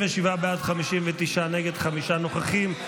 37 בעד, 59 נגד, חמישה נוכחים.